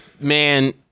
man